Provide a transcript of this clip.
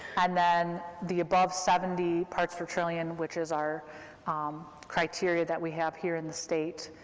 and then the above seventy parts per trillion, which is our um criteria that we have here in the state,